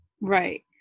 right